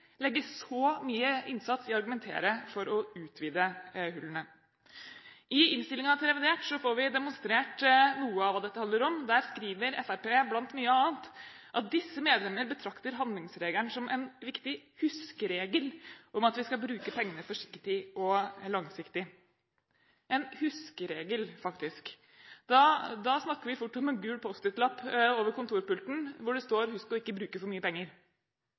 legge så mye innsats i å argumentere for å utvide hullene. I innstillingen til revidert får vi demonstrert noe av hva dette handler om. Der skriver Fremskrittspartiet – blant mye annet: «Disse medlemmer betrakter handlingsregelen som en viktig huskeregel om at vi skal bruke pengene forsiktig og langsiktig.» En huskeregel, faktisk. Da snakker vi fort om en gul post it-lapp over kontorpulten hvor det står: Husk å ikke bruke for mye penger.